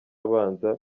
abanza